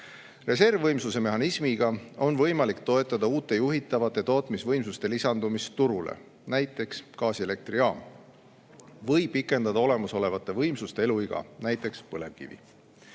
Reservvõimsuse mehhanismiga on võimalik toetada uute juhitavate tootmisvõimsuste lisandumist turule, näiteks gaasielektrijaam, või pikendada olemasolevate võimsuste eluiga, näiteks põlevkivi[jaamad].